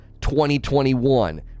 2021